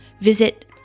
Visit